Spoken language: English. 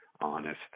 honest